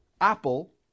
Apple